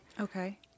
Okay